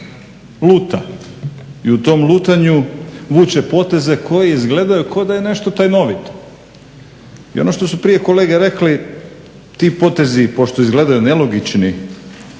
luta. I u tom lutanju vuče poteze koji izgledaju ko da je nešto tajnovito. I ono što su prije kolege rekli ti potezi, pošto izgledaju nelogični